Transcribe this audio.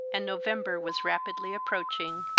and november was rapidly approaching.